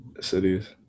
cities